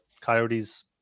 coyotes